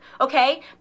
okay